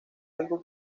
algo